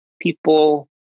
people